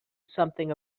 something